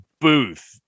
booth